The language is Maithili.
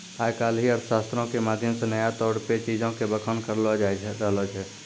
आइ काल्हि अर्थशास्त्रो के माध्यम से नया तौर पे चीजो के बखान करलो जाय रहलो छै